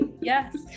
Yes